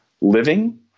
living